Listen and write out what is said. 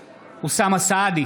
סעדי,